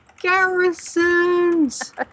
Garrisons